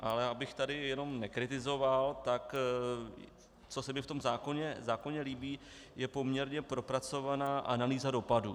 Ale abych tady jenom nekritizoval, tak co se mi v tom zákoně líbí, je poměrně propracovaná analýza dopadů.